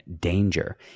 danger